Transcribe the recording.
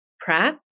Pratt